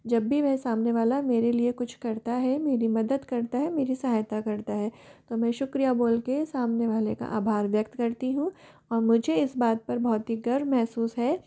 जब भी वह सामने वाला मेरे लिए कुछ करता है मेरी मदद करता है मेरी सहायता करता है तो मैं शुक्रिया बोल कर सामने वाला का आभार व्यक्त करती हूँ और मुझे इस बात पर बहुत ही गर्व महसूस है